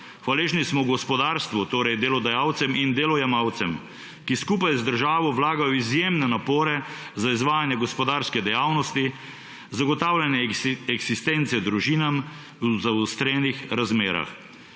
Hvaležni smo gospodarstvu, torej delodajalcem in delojemalcem, ki skupaj z državo vlagajo izjemne napore za izvajanje gospodarske dejavnosti, zagotavljanje eksistence družinam v zaostrenih razmerah.